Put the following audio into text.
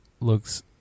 looks